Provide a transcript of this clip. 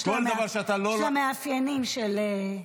יש לה מאפיינים של מוזרים.